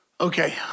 Okay